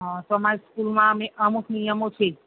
હં તો અમારી સ્કૂલમાં અમે અમુક નિયમો છે